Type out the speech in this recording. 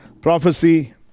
Prophecy